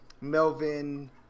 Melvin